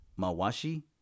mawashi